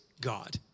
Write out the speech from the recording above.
God